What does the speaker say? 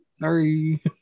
Sorry